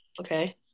Okay